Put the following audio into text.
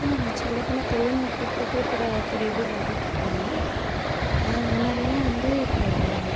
சொல்லப் போனால் தொழில்நுட்பம் புகைப்படத் துறை எப்படி பாதிக்குதுன்னால் முன்னாடியெலாம் வந்து இப்போது